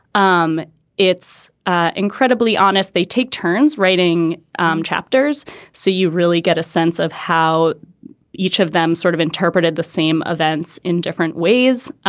um it's ah incredibly honest. they take turns writing um chapters so you really get a sense of how each of them sort of interpreted the same events in different ways.